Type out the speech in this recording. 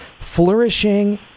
flourishing